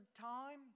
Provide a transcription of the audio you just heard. time